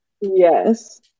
Yes